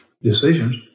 decisions